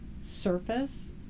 surface